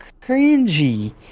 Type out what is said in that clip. cringy